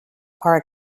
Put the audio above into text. are